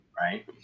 right